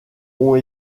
ont